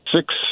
six